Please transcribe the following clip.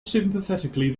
sympathetically